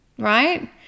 right